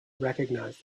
recognize